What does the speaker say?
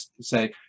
say